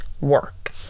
work